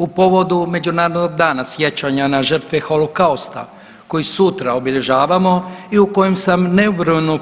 U povodu Međunarodnog dana sjećanja na žrtve holokausta koji sutra obilježavamo i u kojem sam nebrojeno